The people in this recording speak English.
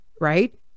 right